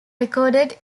recorded